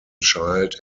child